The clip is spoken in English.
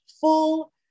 full